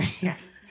Yes